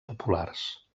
populars